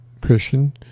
Christian